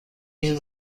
این